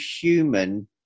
human